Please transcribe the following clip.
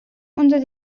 unter